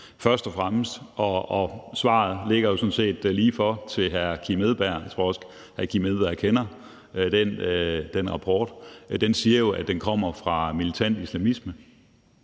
først og fremmest, og svaret ligger jo sådan set lige for. Til hr. Kim Edberg Andersen vil jeg sige, og jeg tror også, hr. Kim Edberg Andersen kender den rapport, at den jo siger, at den kommer fra militant islamisme